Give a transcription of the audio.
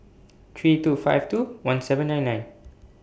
three two five two one seven nine nine